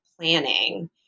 planning